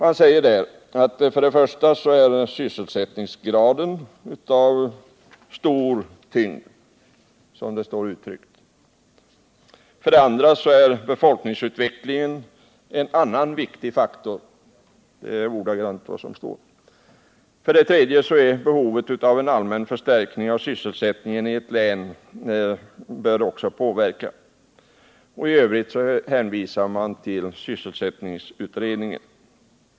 Han säger där för det första att sysselsättningsgraden måste ges stor tyngd, för det andra att befolkningsutvecklingen är en annan viktig faktor och för det tredje att behovet av en allmän förstärkning av sysselsättningen i länet blir avgörande. I övrigt hänvisas till sysselsättningsutredningen.